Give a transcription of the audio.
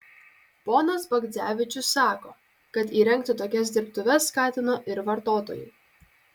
ponas bagdzevičius sako kad įrengti tokias dirbtuves skatino ir vartotojai